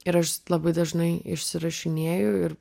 ir aš labai dažnai išsirašinėju ir